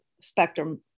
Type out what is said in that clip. spectrum